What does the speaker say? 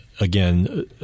again